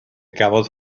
gafodd